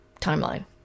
timeline